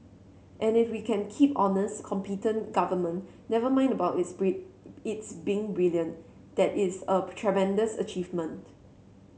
and if we can keep honest competent government never mind about its braid its been brilliant that is a tremendous achievement